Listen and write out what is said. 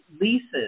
leases